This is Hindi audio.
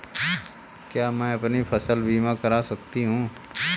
क्या मैं अपनी फसल बीमा करा सकती हूँ?